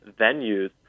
venues